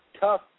tough